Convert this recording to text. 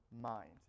mind